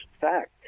fact